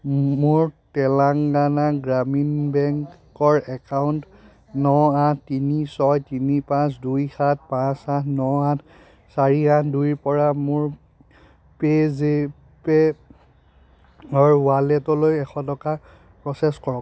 মোৰ তেলাঙ্গানা গ্ৰামীণ বেংকৰ একাউণ্ট ন আঠ তিনি ছয় তিনি পাঁচ দুই সাত পাঁচ আঠ ন আঠ চাৰি আঠ দুইৰপৰা মোৰ পে'জেপেত অৰ ৱালেটলৈ এশ টকা প্ৰ'চেছ কৰক